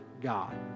God